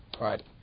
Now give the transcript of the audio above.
Right